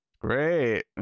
Great